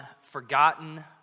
Forgotten